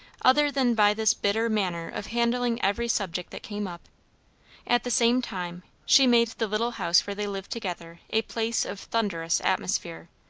other than by this bitter manner of handling every subject that came up at the same time she made the little house where they lived together a place of thunderous atmosphere,